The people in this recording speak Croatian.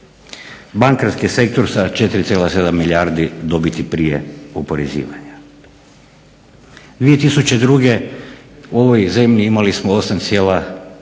Bankarski sektor sa 4,7 milijardi dobiti prije oporezivanja. 2002.u ovoj zemlji imali smo 8,1 milijardu